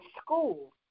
school